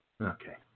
okay